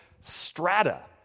strata